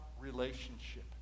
relationship